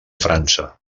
frança